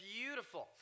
Beautiful